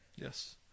Yes